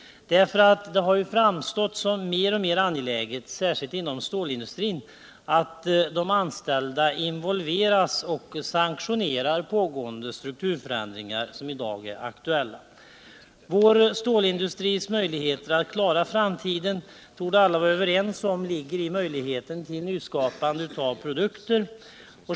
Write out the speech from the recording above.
Det har framstått som mer och mer angeläget, särskilt inom stålindustrin, att de anställda blir informerade och att de även sanktionerar pågående strukturförändringar som i dag är aktuella. Alla torde vara överens om att vår stålindustris utsikter i framtiden ligger i möjligheterna till nyskapande av produkter.